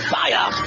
fire